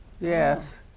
Yes